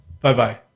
Bye-bye